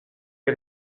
les